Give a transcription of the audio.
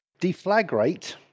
deflagrate